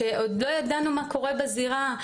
שעוד לא ידענו מה קורה בזירה,